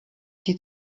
die